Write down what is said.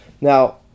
Now